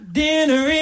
dinner